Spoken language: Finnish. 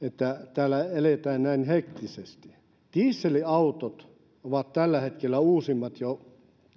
täällä eletään näin hektisesti että dieselautot ovat tällä hetkellä uusimmat jo